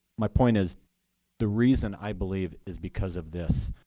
my point is the reason i believe is because of this,